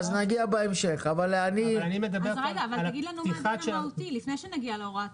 אבל תגיד לנו מה הדין המהותי, לפני שנגיע להוראות